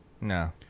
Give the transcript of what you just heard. No